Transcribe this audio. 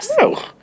No